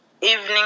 evening